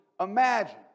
imagine